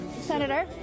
Senator